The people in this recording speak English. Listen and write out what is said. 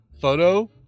photo